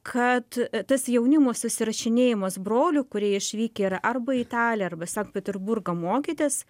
kad tas jaunimo susirašinėjimas brolių kurie išvykę yra arba į italiją arba į sankt peterburgą mokytis